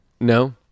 No